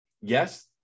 yes